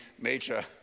major